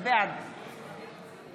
בעד